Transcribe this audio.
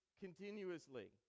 continuously